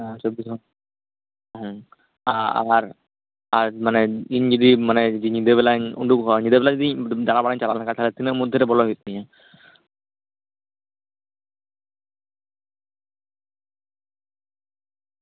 ᱦᱩᱸ ᱥᱚᱵᱠᱤᱪᱷᱩ ᱟᱨ ᱤᱧ ᱡᱩᱫᱤ ᱧᱤᱫᱟᱹ ᱵᱮᱞᱟᱧ ᱩᱰᱩᱝᱚᱜᱼᱟᱹᱧ ᱧᱤᱫᱟᱹ ᱵᱮᱞᱟ ᱫᱟᱬᱟᱼᱵᱟᱲᱟᱭᱤᱧ ᱪᱟᱞᱟᱣ ᱞᱮᱱᱠᱷᱟᱱ ᱛᱤᱱᱟᱹᱜ ᱢᱚᱫᱽᱫᱷᱮ ᱨᱮ ᱵᱚᱞᱚᱜ ᱦᱩᱭᱩᱜ ᱛᱤᱧᱟ